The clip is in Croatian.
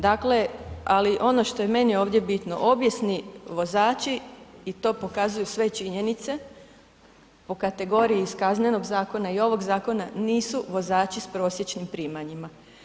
Dakle, ali ono što je meni ovdje bitno, obijesni vozači i to pokazuju sve činjenice po kategoriji iz Kaznenog zakona i ovog zakona, nisu vozači s prosječnim primanjima.